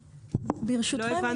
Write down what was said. ברשותכם,